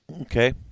Okay